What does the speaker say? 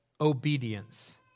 obedience